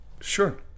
sure